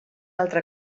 altra